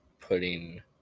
putting